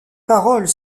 paroles